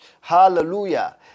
Hallelujah